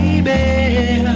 Baby